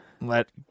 let